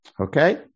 Okay